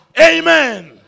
Amen